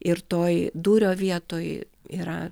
ir toj dūrio vietoj yra